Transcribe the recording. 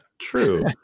True